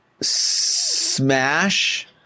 smash